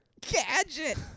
Gadget